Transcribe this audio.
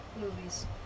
movies